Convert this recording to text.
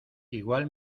igual